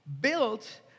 built